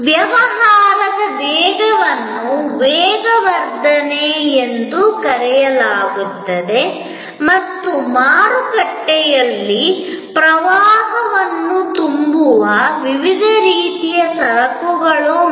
ವ್ಯವಹಾರದ ವೇಗವನ್ನು ವೇಗವರ್ಧನೆ ಎಂದು ಕರೆಯಲಾಗುತ್ತದೆ ಮತ್ತು ಮಾರುಕಟ್ಟೆಯಲ್ಲಿ ಪ್ರವಾಹವನ್ನು ತುಂಬುವ ವಿವಿಧ ರೀತಿಯ ಸರಕುಗಳು ಮತ್ತು ಗ್ಯಾಜೆಟ್ಗಳನ್ನು ನಾವು ಹೊಂದಿದ್ದೇವೆ